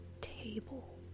table